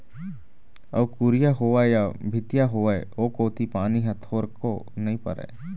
अउ कुरिया होवय या भीतिया होवय ओ कोती पानी ह थोरको नइ परय